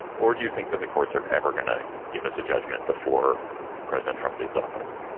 or do you think that the courts are ever going to give us a judgment before president trump leaves office?